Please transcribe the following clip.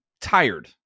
tired